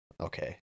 Okay